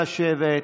לשבת.